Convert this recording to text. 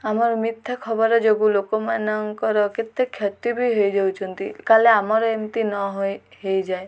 ଆମର ମିଥ୍ୟା ଖବର ଯୋଗୁଁ ଲୋକମାନଙ୍କର କେତେ କ୍ଷତି ବି ହୋଇଯାଉଛନ୍ତି କାଲି ଆମର ଏମିତି ନ ହୁଏ ହୋଇଯାଏ